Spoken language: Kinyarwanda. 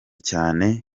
cyane